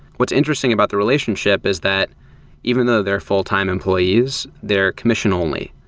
what's interesting about the relationship is that even though they're full-time employees, they're commission only.